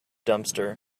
dumpster